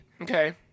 Okay